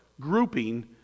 grouping